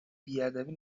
بیادبی